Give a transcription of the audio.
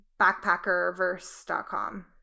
backpackerverse.com